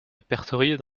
répertoriés